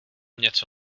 něco